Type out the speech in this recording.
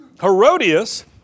Herodias